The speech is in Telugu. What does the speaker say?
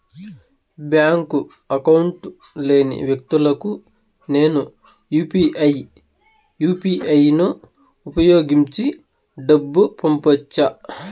బ్యాంకు అకౌంట్ లేని వ్యక్తులకు నేను యు పి ఐ యు.పి.ఐ ను ఉపయోగించి డబ్బు పంపొచ్చా?